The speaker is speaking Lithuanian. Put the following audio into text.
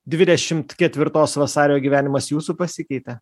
dvidešim ketvirtos vasario gyvenimas jūsų pasikeitė